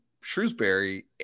shrewsbury